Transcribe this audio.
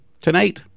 tonight